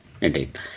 Indeed